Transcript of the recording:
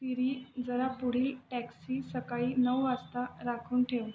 सिरी जरा पुढील टॅक्सी सकाळी नऊ वाजता राखून ठेव